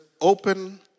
open